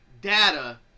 data